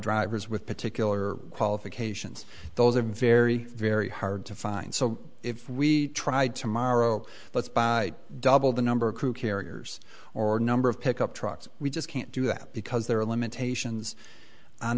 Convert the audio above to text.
drivers with particular qualifications those are very very hard to find so if we tried tomorrow let's by double the number of crew carriers or number of pickup trucks we just can't do that because there are limitations on